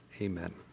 Amen